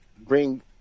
bring